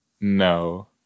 No